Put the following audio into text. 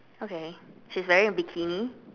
okay she's a wearing bikini